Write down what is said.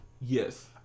Yes